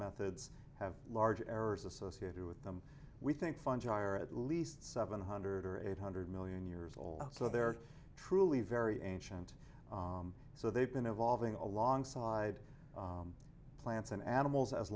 methods have large errors associated with them we think fungi are at least seven hundred or eight hundred million years old so they're truly very ancient so they've been evolving alongside plants and animals as